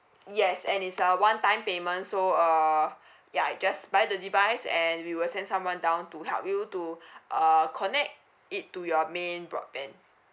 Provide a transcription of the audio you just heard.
yes and it's a one time payment so uh ya you just buy the device and we will send someone down to help you to err connect it to your main broadband